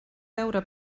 veure